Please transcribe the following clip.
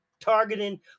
targeting